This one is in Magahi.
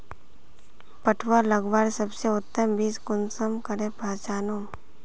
पटुआ लगवार सबसे उत्तम बीज कुंसम करे पहचानूम?